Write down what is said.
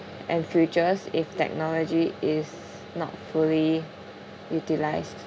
and futures if technology is not fully utilised